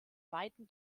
weiten